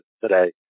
today